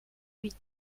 huit